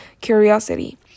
curiosity